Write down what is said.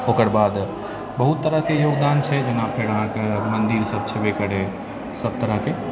ओकर बाद बहुत तरहके योगदान छै जेना फेर अहाँके मन्दिर सभ छेबै करै सभ तरहके